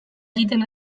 egiten